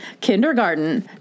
kindergarten